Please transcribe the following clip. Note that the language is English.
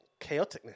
chaoticness